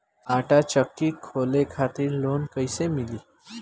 आटा चक्की खोले खातिर लोन कैसे मिली?